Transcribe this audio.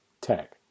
tech